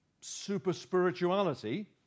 super-spirituality